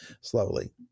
slowly